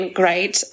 great